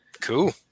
Cool